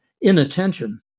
inattention